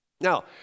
Now